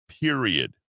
period